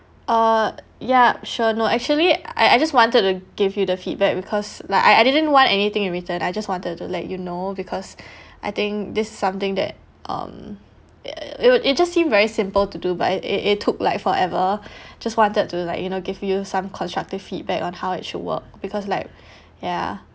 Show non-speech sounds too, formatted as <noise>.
uh yup sure no actually I I just wanted to give you the feedback because like I I didn't want anything in return I just wanted to let you know because <breath> I think this is something that um yeah it it just seemed very simple to do but it it took like forever <breath> just wanted to like you know give you some constructive feedback on how it should work because like <breath> ya